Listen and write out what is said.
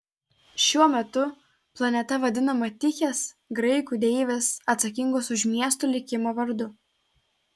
šiuo metu planeta vadinama tichės graikų deivės atsakingos už miestų likimą vardu